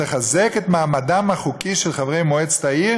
לחזק את מעמדם החוקי של חברי מועצת העיר